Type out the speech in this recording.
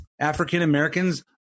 African-Americans